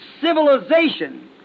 civilization